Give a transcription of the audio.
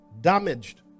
damaged